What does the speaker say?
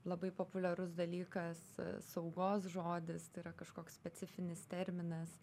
labai populiarus dalykas saugos žodis tai yra kažkoks specifinis terminas